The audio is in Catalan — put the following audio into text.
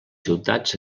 ciutats